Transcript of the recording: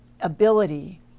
ability